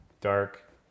dark